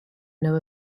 know